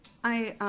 i,